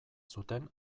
zuten